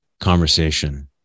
conversation